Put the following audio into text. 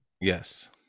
Yes